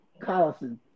Collison